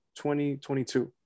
2022